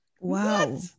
Wow